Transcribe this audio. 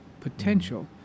potential